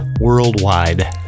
worldwide